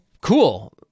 cool